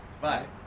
Bye